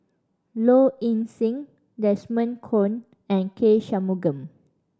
Low Ing Sing Desmond Kon and K Shanmugam